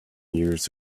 years